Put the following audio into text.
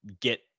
get